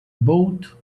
boat